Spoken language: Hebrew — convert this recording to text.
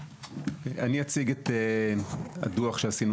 אני אציג את הדו"ח שעשינו,